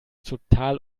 total